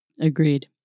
Agreed